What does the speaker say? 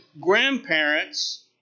grandparents